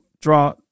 draw